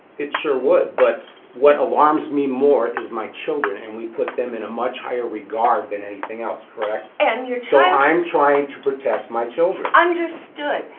it sure would. but what alarms me more is my children, and we put them in a much higher regard than anything else, correct? and your child so i'm trying to protect my children. understood.